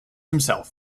himself